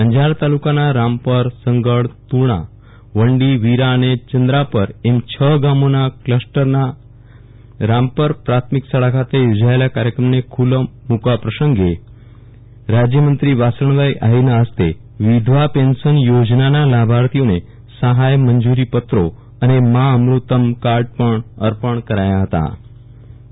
અંજાર તાલુકાના રામપર સંઘડ તુણા વંડી વીરા અને ચંદ્રાપર એમ છ ગામોના કલસ્ટરના આજે રામપર પ્રાથમિક શાળા ખાતે યોજાયેલા કાર્યક્રમને ખુલ્લો મૂકવા પ્રસંગે રાજ્યમંત્રીશ્રી આફિરના ફસ્તે વિધવા પેન્શન ચોજનાના લાભાર્થીઓને સફાય મંજૂરી પત્રો અને મા અમૃતમ કાર્ડ પણ અર્પણ કરાયાં ફતા